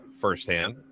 firsthand